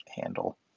handle